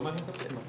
כן.